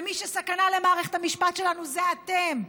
ומי שסכנה למערכת המשפט שלנו זה אתם,